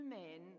men